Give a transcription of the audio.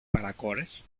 παρακόρες